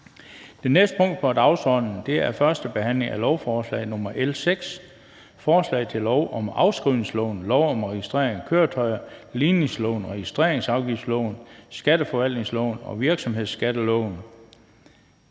Det næste punkt på dagsordenen er: 12) 1. behandling af lovforslag nr. L 6: Forslag til lov om ændring af afskrivningsloven, lov om registrering af køretøjer, ligningsloven, registreringsafgiftsloven, skatteforvaltningsloven og virksomhedsskatteloven.